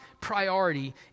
priority